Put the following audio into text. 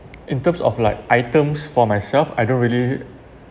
in terms of like items for myself I don't really